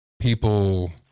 people